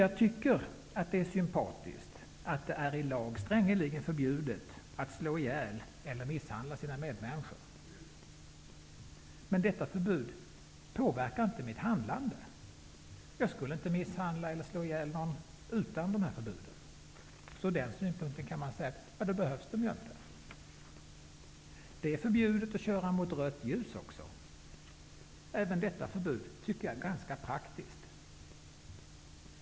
Jag tycker att det är sympatiskt att det i lag är strängeligen förbjudet att slå ihjäl eller misshandla sina medmänniskor. Men detta förbud påverkar inte mitt handlande -- jag skulle inte heller misshandla eller slå ihjäl någon utan förbud. Från den synpunkten kan man säga att detta förbud inte behövs. Det är också förbjudet att köra mot rött ljus -- även detta förbud är ganska praktiskt.